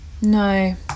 No